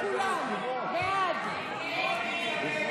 הסתייגות 1341 לא נתקבלה.